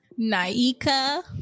naika